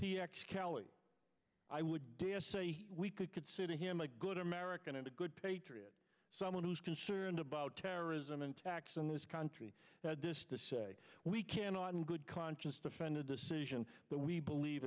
p x kelly i would say we could consider him a good american and a good patriot someone who is concerned about terrorism attacks in this country that this to say we cannot in good conscience defend a decision that we believe